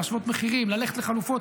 להשוות מחירים,